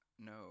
No